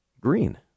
green